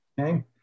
okay